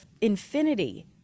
infinity